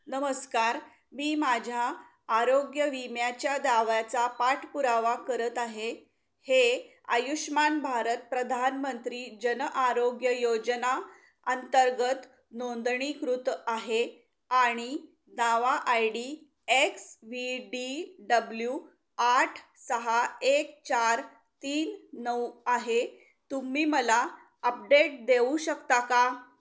नमस्कार मी माझ्या आरोग्य विम्याच्या दाव्याचा पाठपुरावा करत आहे हे आयुष्मान भारत प्रधानमंत्री जन आरोग्य योजना अंतर्गत नोंदणीकृत आहे आणि दावा I D x V D W आठ सहा एक चार तीन नऊ आहे तुम्ही मला आपडेट देऊ शकता का